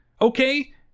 Okay